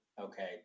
okay